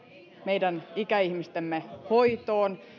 meidän ikäihmistemme hoitoon